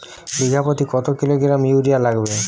বিঘাপ্রতি কত kilogram urea লাগবে?